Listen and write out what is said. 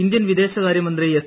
Indian വിദേശകാര്യ മന്ത്രി S